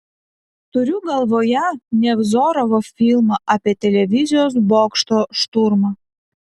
turiu galvoje nevzorovo filmą apie televizijos bokšto šturmą